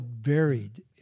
varied